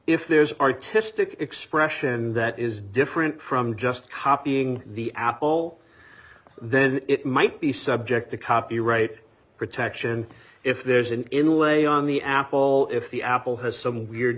if there's artistic expression that is different from just copying the apple then it might be subject to copyright protection if there's an in layon the apple all if the apple has some weird